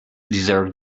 deserve